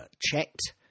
checked